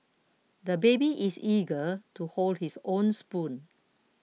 the baby is eager to hold his own spoon